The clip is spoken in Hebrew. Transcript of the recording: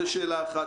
זו שאלה אחת.